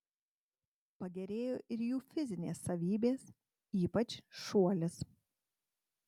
pagerėjo ir jų fizinės savybės ypač šuolis